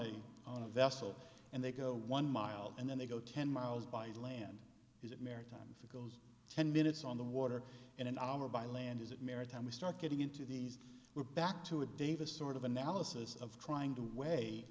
is on a vessel and they go one mile and then they go ten miles by land is it maritime that goes ten minutes on the water in an hour by land is it maritime we start getting into these we're back to a davis sort of analysis of trying to w